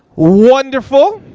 wonderful.